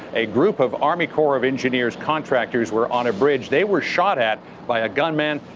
a group of army corps of engineers contractors were on a bridge. they were shot at by a gunman.